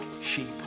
sheep